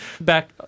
Back